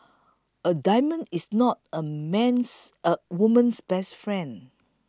a diamond is not a man's a woman's best friend